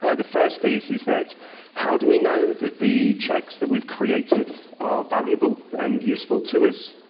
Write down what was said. ah the first is is that how do we know that the checks that we've created are valuable and useful to us?